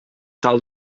tal